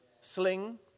sling